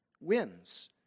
wins